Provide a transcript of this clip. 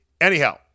Anyhow